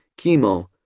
chemo